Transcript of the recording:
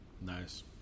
Nice